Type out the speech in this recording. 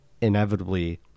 inevitably